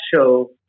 show